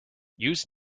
use